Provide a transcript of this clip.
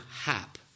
hap